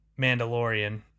Mandalorian